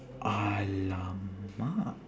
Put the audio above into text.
!alamak!